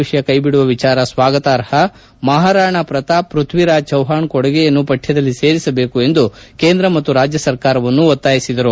ವಿಷಯ ಕೈಬಿಡುವ ವಿಚಾರ ಸ್ವಾಗತಾರ್ಹವಾಗಿದ್ದು ಮಹಾರಾಣಾ ಪ್ರತಾಪ್ ಪೃಥ್ವಿರಾಜ್ ಚವ್ಹಾಣ್ ಕೊಡುಗೆಯನ್ನೂ ಪಠ್ಯದಲ್ಲಿ ಸೇರಿಸಬೇಕು ಎಂದು ಕೇಂದ್ರ ಮತ್ತು ರಾಜ್ಯ ಸರ್ಕಾರವನ್ನು ಒತ್ತಾಯಿಸಿದರು